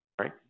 right